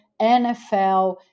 NFL